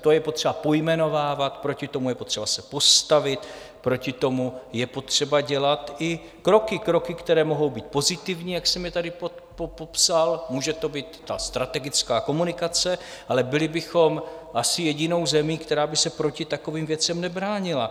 To je potřeba pojmenovávat, proti tomu je potřeba se postavit, proti tomu je potřeba dělat i kroky, které mohou být pozitivní, jak jsem je tady popsal, může to být strategická komunikace, ale byli bychom asi jedinou zemí, která by se proti takovým věcem nebránila.